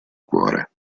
cuore